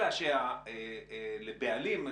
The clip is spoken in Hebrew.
אלא שלבעלים,